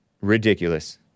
Ridiculous